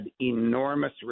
enormous